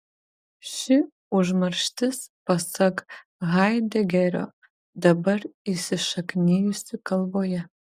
ši užmarštis pasak haidegerio dabar įsišaknijusi kalboje